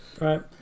Right